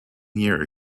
year